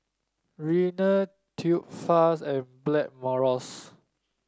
Rene Tubifast and Blackmores